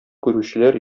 күрүчеләр